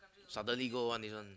suddenly go one this one